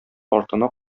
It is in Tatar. артына